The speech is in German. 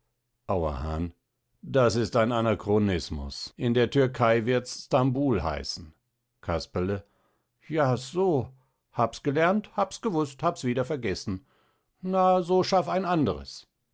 auerhahn das ist ein anachronismus in der türkei wirds stambul heißen casperle ja so habs gelernt habs gewust habs wieder vergeßen na so schaff ein anderes